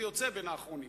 ויוצא בין האחרונים,